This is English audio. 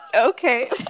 Okay